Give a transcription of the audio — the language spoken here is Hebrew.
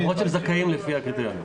למרות שהם זכאים לפי הקריטריונים.